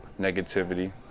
negativity